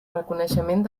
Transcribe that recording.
reconeixement